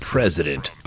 President